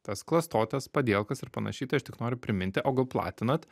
tas klastotes padielkas ir panašiai tai aš tik noriu priminti o gal platinat